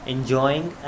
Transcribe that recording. Enjoying